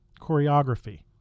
choreography